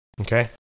Okay